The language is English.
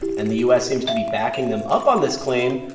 and the u s. seems to be backing them up on this claim.